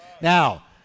Now